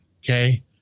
Okay